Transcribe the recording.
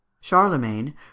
charlemagne